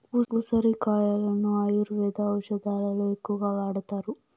ఉసిరి కాయలను ఆయుర్వేద ఔషదాలలో ఎక్కువగా వాడతారు